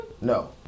No